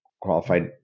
qualified